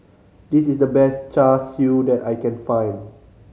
this is the best Char Siu that I can find